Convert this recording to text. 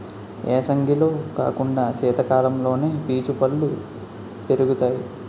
ఏసంగిలో కాకుండా సీతకాలంలోనే పీచు పల్లు పెరుగుతాయి